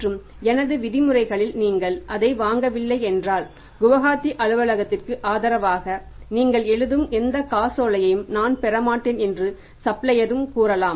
மற்றும் எனது விதிமுறைகளில் நீங்கள் அதை வாங்கவில்லை என்றால் குவஹாத்தி அலுவலகத்திற்கு ஆதரவாக நீங்கள் எழுதும் எந்த காசோலையும் நான் பெறமாட்டேன் என்று சப்ளையர் கூறலாம்